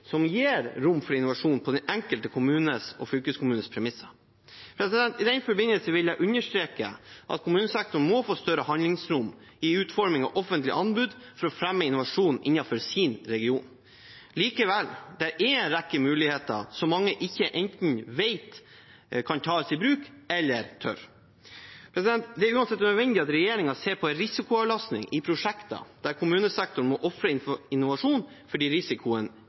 som gir rom for innovasjon på den enkelte kommunes og fylkeskommunes premisser. I den forbindelse vil jeg understreke at kommunesektoren må få større handlingsrom i utformingen av offentlige anbud for å fremme innovasjon innenfor sin region. Likevel er det en rekke muligheter som mange enten ikke vet kan tas i bruk, eller ikke tør ta i bruk. Det er uansett nødvendig at regjeringen ser på risikoavlastning i prosjekter der kommunesektoren må ofre innovasjon fordi risikoen